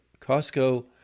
Costco